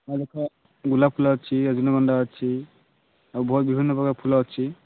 ଗୋଲାପ ଫୁଲ ଅଛି ରଜନୀଗନ୍ଧା ଅଛି ଆଉ ଭଲ ବିଭିନ୍ନ ପ୍ରକାର ଫୁଲ ଅଛି